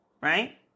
right